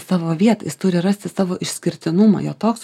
savo vietą jis turi rasti savo išskirtinumą jo toks